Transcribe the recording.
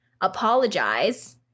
apologize